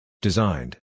Designed